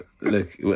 look